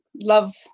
love